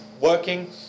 working